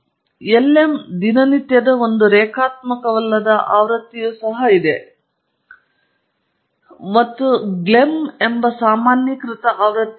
Lm ದಿನನಿತ್ಯದ ಒಂದು ರೇಖಾತ್ಮಕವಲ್ಲದ ಆವೃತ್ತಿಯು ಸಹ ಇದೆ ಮತ್ತು ಗ್ಲೆಮ್ ಎಂಬ ಸಾಮಾನ್ಯೀಕೃತ ಆವೃತ್ತಿಯು ಇದೆ